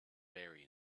very